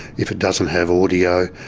if it doesn't have audio,